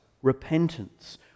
Repentance